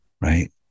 right